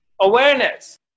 Awareness